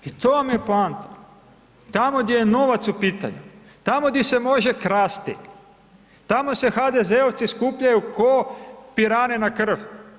I to vam je poanta, tamo gdje je novac u pitanju, tamo di se može krasti, tamo se HDZ-ovci skupljaju ko piranje na krv.